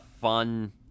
fun –